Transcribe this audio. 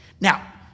Now